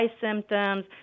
symptoms